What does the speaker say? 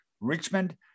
Richmond